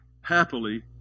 happily